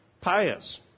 pious